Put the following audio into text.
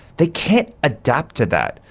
they can't adapt to that,